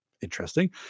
Interesting